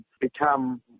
become